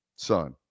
Son